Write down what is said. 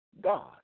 God